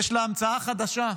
יש לה המצאה חדשה,